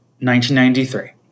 1993